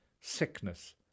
sickness